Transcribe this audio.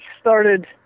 started